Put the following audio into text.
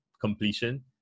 completion